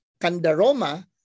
Kandaroma